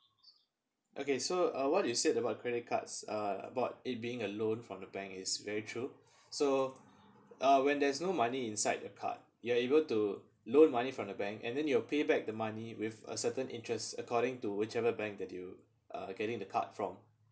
okay so uh what you said about credit cards uh about it being a loan from the bank is very true so uh when there's no money inside a card you're able to loan money from the bank and then you will pay back the money with a certain interest according to whichever bank that you uh getting the card from